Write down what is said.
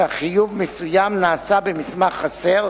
שחיוב מסוים נעשה במסמך חסר,